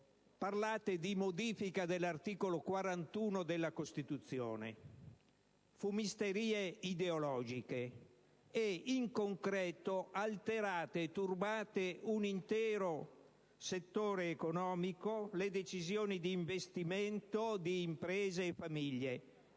Parlate di modifica dell'articolo 41 della Costituzione - fumisterie ideologiche - e in concreto alterate e turbate un intero settore economico, le decisioni di investimento, di imprese e famiglie: